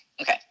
Okay